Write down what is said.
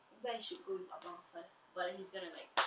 maybe I should go with abang afal but he's gonna like